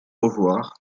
revoir